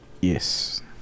Yes